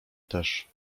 też